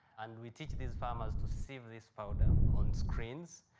and we teach these farmers to sieve this powder on screens.